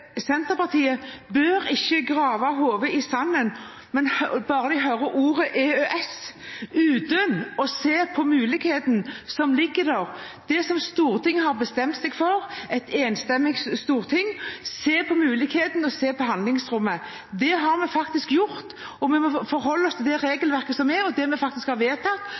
Senterpartiet ikke bør stikke hodet i sanden bare de hører ordet EØS, uten å se på mulighetene som ligger der – det som Stortinget har bestemt seg for, et enstemmig Storting – se på mulighetene og handlingsrommet. Det har vi faktisk gjort, og vi må forholde oss til det regelverket som er, og det vi faktisk har vedtatt.